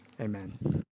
amen